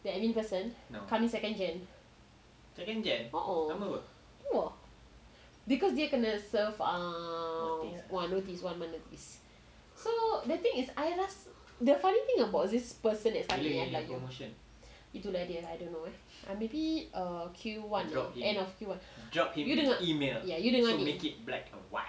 that admin person coming second jan a'ah !wah! because they are gonna serve notice one month at least so the thing is the funny thing about this person is itulah dia I don't know eh maybe err Q one end of Q one building up ya you dengar you dengar ni